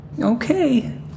Okay